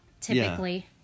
typically